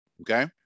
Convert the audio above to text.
Okay